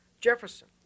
Jefferson